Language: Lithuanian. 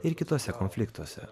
ir kituose konfliktuose